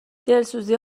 دلسوزی